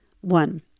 One